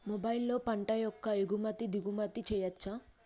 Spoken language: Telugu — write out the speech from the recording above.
మొబైల్లో పంట యొక్క ఎగుమతి దిగుమతి చెయ్యచ్చా?